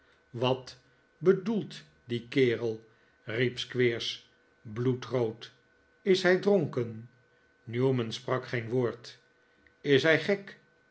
wat bedoelt die kerel riep squeers bloedrood is hij dronken newman sprak geen woord is hij gek